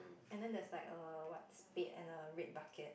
and then there's like a what spade and a red bucket